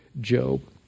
Job